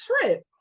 trip